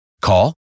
Call